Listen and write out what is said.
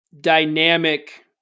dynamic